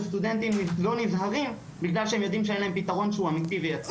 שסטודנטים לא נזהרים בגלל שהם יודעים שאין להם פתרון שהוא אמיתי ויציב.